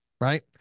right